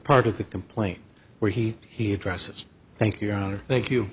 part of the complaint where he he addresses thank you thank you